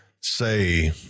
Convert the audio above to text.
say